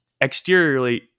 exteriorly